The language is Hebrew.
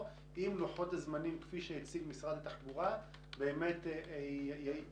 אם לוחות הזמנים כפי שהציג משרד התחבורה באמת יתממשו,